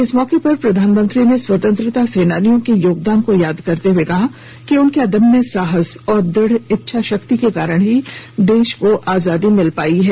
इस मौके पर प्रधानमंत्री ने स्वतंत्रता सेनानियों के योगदान को याद करते हुए कहा कि उनके अदम्य साहस और दृढ़इच्छा शक्ति के कारण ही देश को आजादी मिल पाई है